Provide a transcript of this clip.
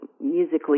musically